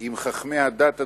עם חכמי הדת הדרוזית,